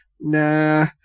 nah